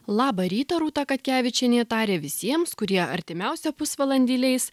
labą rytą rūta katkevičienė taria visiems kurie artimiausią pusvalandį leis